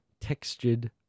textured